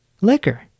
liquor